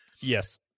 Yes